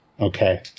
Okay